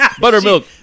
buttermilk